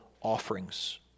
offerings